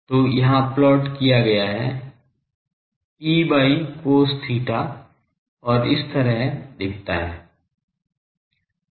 तो यहाँ प्लॉट किया गया गया है E by cos theta और यह इस तरह दिखाता है